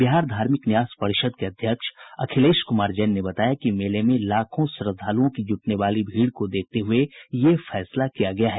बिहार धार्मिक न्यास परिषद के अध्यक्ष अखिलेश कुमार जैन ने बताया कि मेले में लाखों श्रद्धालुओं की जुटने वाली भीड़ को देखते हुए यह फैसला किया गया है